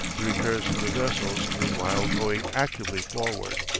the repairs of the vessels meanwhile going actively forward.